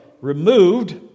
removed